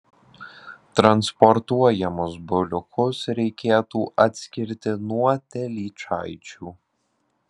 transportuojamus buliukus reikėtų atskirti nuo telyčaičių